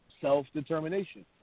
self-determination